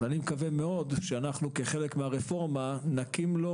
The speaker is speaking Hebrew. אני מקווה מאוד שאנחנו כחלק מן הרפורמה נקים לו